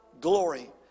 glory